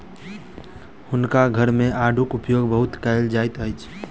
हुनका घर मे आड़ूक उपयोग बहुत कयल जाइत अछि